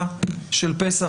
בניגוד לדרכה של ההגדה של פסח,